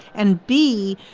and b,